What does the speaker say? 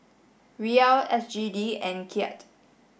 Riyal S G D and Kyat